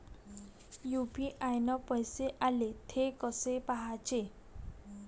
UPI न पैसे आले, थे कसे पाहाचे?